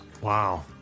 Wow